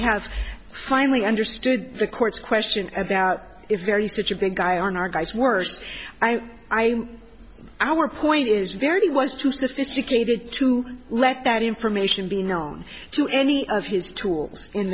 have finally understood the court's question about it's very such a big guy on our guys worst i our point is very he was too sophisticated to let that information be known to any of his tools in